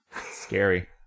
Scary